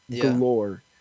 galore